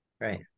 right